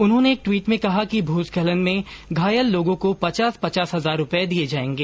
उन्होंने एक ट्वीट में कहा कि भूस्खलन में घायल लोगों को पचास पचास हजार रूपये दिए जाएंगे